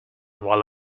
while